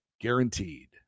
guaranteed